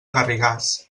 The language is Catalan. garrigàs